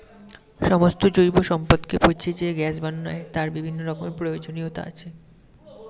সমস্ত জৈব সম্পদকে পচিয়ে যে গ্যাস বানানো হয় তার বিভিন্ন রকমের প্রয়োজনীয়তা আছে